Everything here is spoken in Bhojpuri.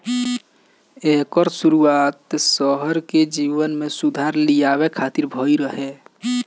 एकर शुरुआत शहर के जीवन में सुधार लियावे खातिर भइल रहे